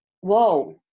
Whoa